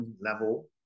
level